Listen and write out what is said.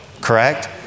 correct